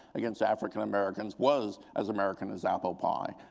against african americans, was as american as apple pie.